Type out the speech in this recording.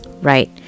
Right